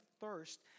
thirst